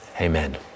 Amen